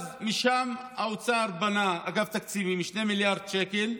משם אגף תקציבים באוצר בנה על 2 מיליארד שקל,